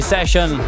Session